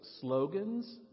slogans